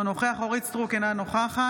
אינו נוכח אורית מלכה סטרוק, אינה נוכחת